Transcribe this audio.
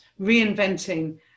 reinventing